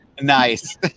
Nice